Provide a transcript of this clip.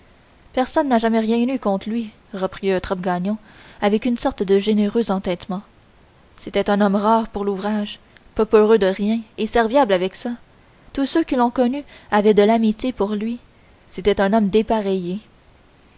personne n'a jamais rien eu contre lui reprit eutrope avec une sorte de généreux entêtement c'était un homme rare pour l'ouvrage pas peureux de rien et serviable avec ça tous ceux qui l'ont connu avaient de l'amitié pour lui c'était un homme dépareillé